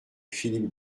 philippe